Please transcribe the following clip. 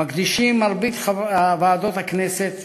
מקדישות מרבית ועדות הכנסת